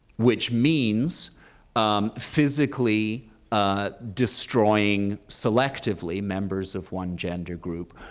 which means um physically ah destroying selectively members of one gender group,